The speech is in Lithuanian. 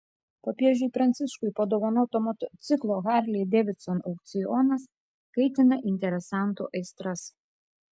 popiežiui pranciškui padovanoto motociklo harley davidson aukcionas kaitina interesantų aistras